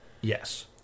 Yes